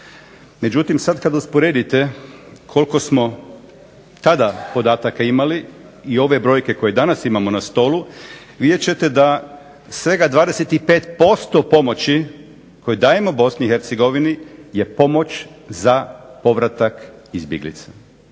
Međutim, sad kad usporedite koliko smo kada podataka imali i ove brojke koje danas imamo na stolu vidjet ćete da svega 25% pomoći koju dajemo Bosni i Hercegovini je pomoć za povratak izbjeglica,